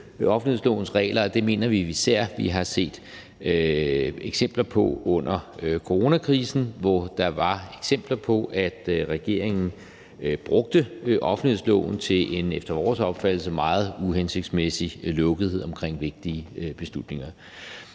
offentlighedslovens regler. Det mener vi især at vi har set eksempler på under coronakrisen. Der var eksempler på, at regeringen brugte offentlighedsloven til en efter vores opfattelse meget uhensigtsmæssig lukkethed omkring vigtige beslutninger.